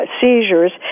seizures